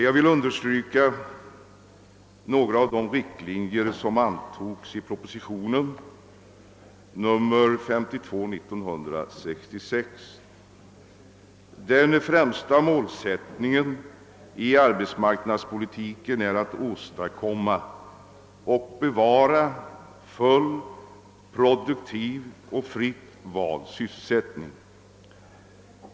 Jag vill understryka några av de riktlinjer som angavs i propositionen 52/ 1966. Den främsta målsättningen i arbetsmarknadspolitiken är att åstadkomma och bevara full, produktiv och fritt vald sysselsättning.